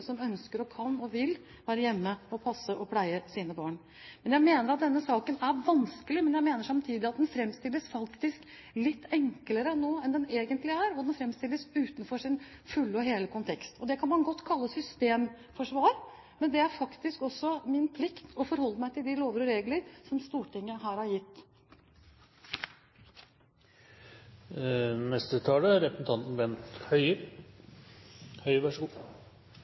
som ønsker, kan og vil være hjemme og passe og pleie sine barn. Jeg mener at denne saken er vanskelig, men jeg mener samtidig at den nå faktisk framstilles litt enklere enn den egentlig er. Den framstilles utenfor sin fulle og hele kontekst. Det kan man godt kalle systemforsvar, men det er faktisk også min plikt å forholde meg til de lover og regler som Stortinget har gitt.